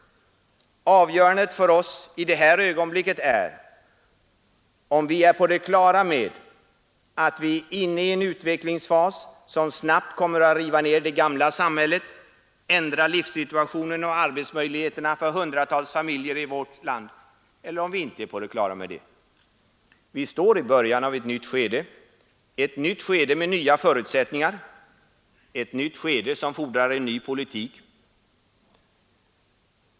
Avgörandet för oss nu är om vi är på det klara med att vi är inne i en utvecklingsfas, som snabbt kommer att riva ner det gamla samhället, ändra livssituationen och arbetsmöjligheterna för hundratals familjer i vårt land eller om vi inte är på det klara med det. Vi står i början av ett nytt skede, ett nytt skede med nya förutsättningat, ett nytt skede som fordrar en ny politik.